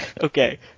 Okay